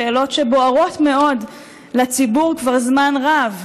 שאלות שבוערות מאוד לציבור כבר זמן רב.